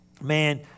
Man